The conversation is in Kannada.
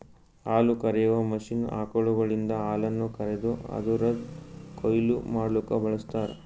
ಹಾಲುಕರೆಯುವ ಮಷೀನ್ ಆಕಳುಗಳಿಂದ ಹಾಲನ್ನು ಕರೆದು ಅದುರದ್ ಕೊಯ್ಲು ಮಡ್ಲುಕ ಬಳ್ಸತಾರ್